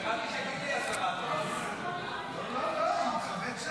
תודה רבה, אדוני היושב-ראש.